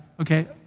Okay